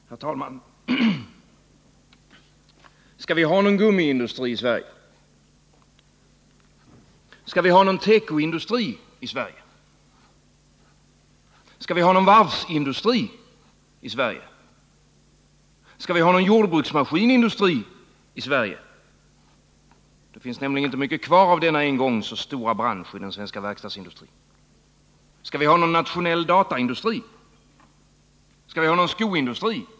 Herr talman! Skall vi ha någon gummiindustri i Sverige? Skall vi ha någon tekoindustri i Sverige? Skall vi ha någon varvsindustri i Sverige? Skall vi ha någon jordbruksmaskinindustri i Sverige — det finns nämligen inte mycket kvar av denna en gång så stora bransch i den svenska verkstadsindustrin? Alltså skall vi ha någon nationell dataindustri? Skall vi ha någon skoindustri?